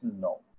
no